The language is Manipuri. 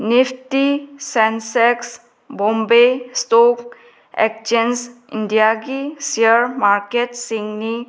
Nifty Sensex Bombay stock exchange ꯏꯟꯗꯤꯌꯥꯒꯤ ꯁꯤꯌꯥꯔ ꯃꯥꯔꯀꯦꯠꯁꯤꯡꯅꯤ